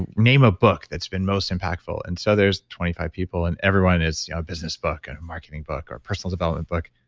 and name a book that's been most impactful? and so there's twenty five people and everyone is business book, and a marketing book, or a personal development book.